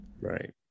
right